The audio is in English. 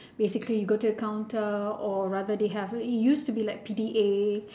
basically you go to the counter or rather they have it used to be like P_D_A